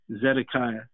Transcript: zedekiah